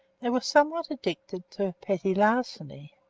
they were somewhat addicted to petty larceny,